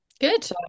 Good